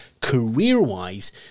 career-wise